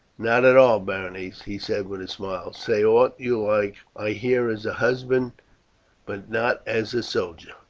not at all, berenice, he said with a smile say aught you like. i hear as a husband but not as a soldier.